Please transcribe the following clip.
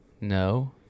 No